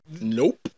Nope